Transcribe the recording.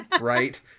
Right